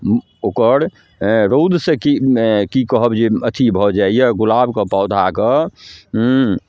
ओकर हेँ रौदसँ कि कहब जे अथी भऽ जाइए गुलाबके पौधाके हुँ